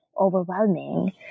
overwhelming